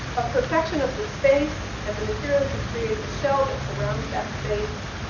of perfection of the space and the materials that create the shell that surrounds that space,